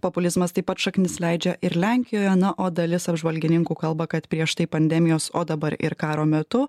populizmas taip pat šaknis leidžia ir lenkijoje na o dalis apžvalgininkų kalba kad prieš tai pandemijos o dabar ir karo metu